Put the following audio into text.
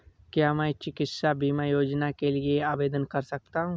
क्या मैं चिकित्सा बीमा योजना के लिए आवेदन कर सकता हूँ?